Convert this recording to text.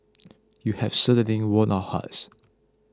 you have certainly won our hearts